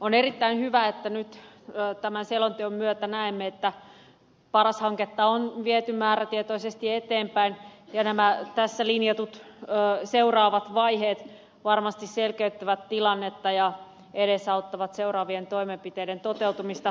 on erittäin hyvä että nyt tämän selonteon myötä näemme että paras hanketta on viety määrätietoisesti eteenpäin ja nämä tässä linjatut seuraavat vaiheet varmasti selkeyttävät tilannetta ja edesauttavat seuraavien toimenpiteiden toteutumista